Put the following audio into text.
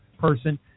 person